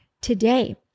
today